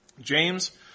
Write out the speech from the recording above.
James